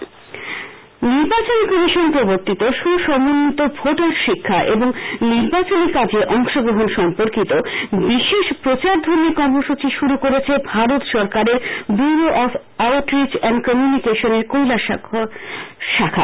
কর্মসূচী নির্বাচন কমিশন প্রবর্তিত সুসমন্বিত ভোটার শিক্ষা এবং নির্বাচনী কাজে অংশ গ্রহণ সম্পর্কিত বিশেষ প্রচারধর্মী কর্মসূচী শুরু করেছে ভারত সরকারের bureau of outreach and communication Kailashahar শাখা